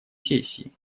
сессии